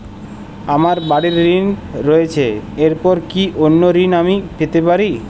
আমার বাড়ীর ঋণ রয়েছে এরপর কি অন্য ঋণ আমি পেতে পারি?